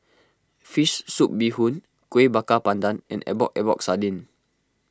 Fish Soup Bee Hoon Kueh Bakar Pandan and Epok Epok Sardin